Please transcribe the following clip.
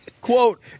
Quote